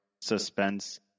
suspense